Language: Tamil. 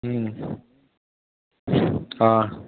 ம் ஆ